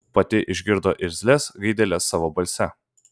pati išgirdo irzlias gaideles savo balse